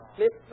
miss